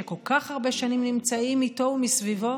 שכל כך הרבה שנים נמצאים איתו ומסביבו